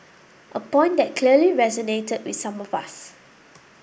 a point that clearly resonated with some of us